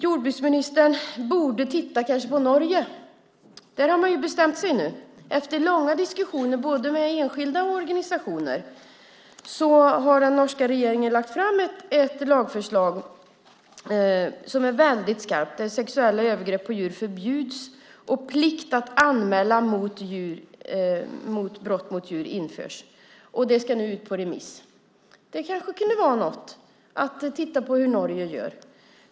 Jordbruksministern borde kanske titta på Norge. Där har man bestämt sig nu. Efter långa diskussioner både med enskilda och med organisationer har den norska regeringen lagt fram ett lagförslag som är väldigt skarpt, där sexuella övergrepp på djur förbjuds och plikt att anmäla brott mot djur införs. Det ska nu ut på remiss. Det kanske kunde vara något att titta på hur Norge gör.